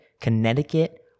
Connecticut